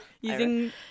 using